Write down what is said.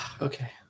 Okay